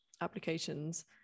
applications